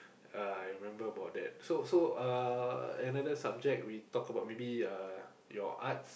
uh I remember about that so so uh another subject we talk about maybe uh your arts